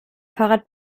fahrrad